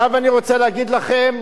אני רוצה להגיד לכם,